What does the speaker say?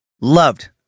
loved